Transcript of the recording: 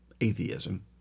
atheism